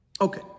Okay